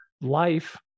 life